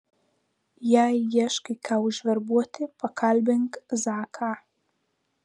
jei ieškai ką užverbuoti pakalbink zaką